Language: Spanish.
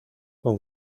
con